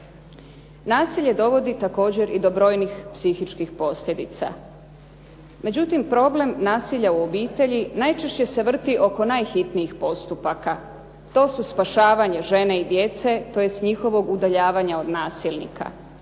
Nasilje dovodi također i do brojnih psihičkih posljedica. Međutim, problem nasilja u obitelji najčešće se vrti oko najhitnijih postupaka. To su spašavanje žene i djece, tj. njihovog udaljavanja od nasilnika.